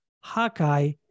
Hawkeye